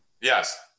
Yes